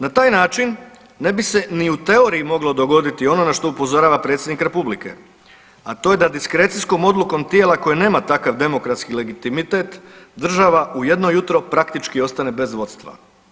Na taj način ne bi se ni u teoriji moglo dogoditi ono na što upozorava Predsjednik Republike, a to je da diskrecijskom odlukom tijela koje nema takav demokratski legitimitet država u jedno jutro praktički ostane bez vodstva.